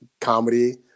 comedy